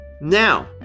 Now